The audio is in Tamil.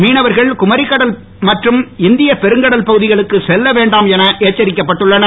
மீனவர்கள் குமரிக் கடல் மற்றும் இந்தியப் பெருங்கடல் பகுதிகளுக்கு செல்ல வேண்டாம் என எச்சரிக்கப்பட்டுள்ளனர்